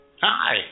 Hi